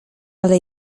ale